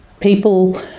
people